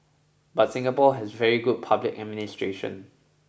but Singapore has very good public administration